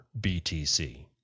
BTC